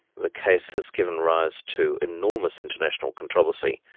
the case has given rise to enormous international controversy,